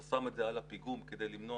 אתה שם את זה על הפיגום כדי למנוע